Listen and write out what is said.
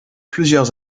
plusieurs